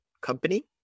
company